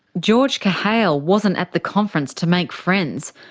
george kahale wasn't at the conference to make friends.